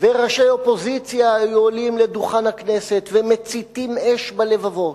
וראשי האופוזיציה היו עולים לדוכן הכנסת ומציתים אש בלבבות,